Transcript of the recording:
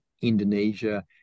Indonesia